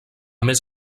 més